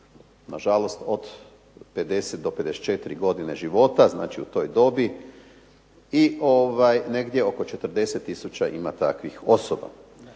na žalost od 50 do 54 godine života, znači u toj dobi, i negdje oko 40 tisuća ima takvih osoba.